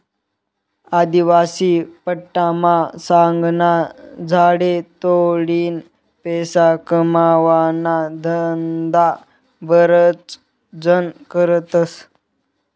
आदिवासी पट्टामा सागना झाडे तोडीन पैसा कमावाना धंदा बराच जण करतस